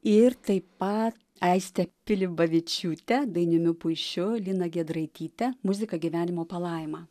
ir taip pat aiste pilibavičiūte dainiumi puišiu lina giedraityte muzika gyvenimo palaima